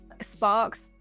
sparks